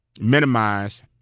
minimize